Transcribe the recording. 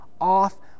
off